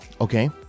Okay